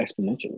exponentially